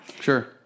Sure